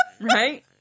Right